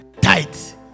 tight